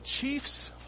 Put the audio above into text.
chief's